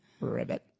Ribbit